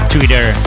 Twitter